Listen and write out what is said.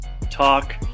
talk